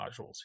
modules